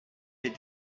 les